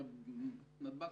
הרי נתב"ג